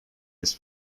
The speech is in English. his